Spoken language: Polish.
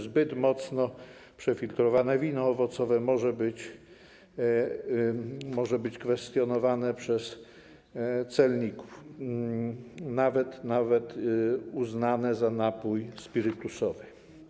Zbyto mocno przefiltrowane wino owocowe może być kwestionowane przez celników, a nawet uznane za napój spirytusowy.